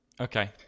Okay